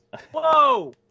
Whoa